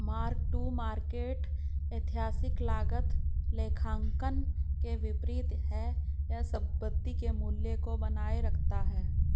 mark to market ऐतिहासिक लागत लेखांकन के विपरीत है यह संपत्ति के मूल्य को बनाए रखता है